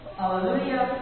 Hallelujah